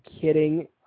kidding